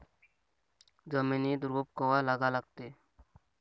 जमिनीत रोप कवा लागा लागते?